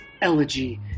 Elegy